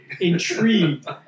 intrigued